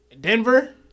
Denver